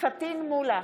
פטין מולא,